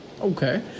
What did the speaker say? okay